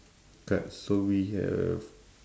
card so we have